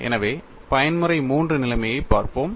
எனவே பயன்முறை III நிலைமையைப் பார்ப்போம்